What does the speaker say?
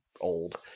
old